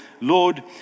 Lord